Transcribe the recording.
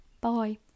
Bye